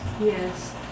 yes